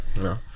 no